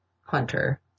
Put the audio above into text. hunter